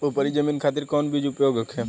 उपरी जमीन खातिर कौन बीज उपयोग होखे?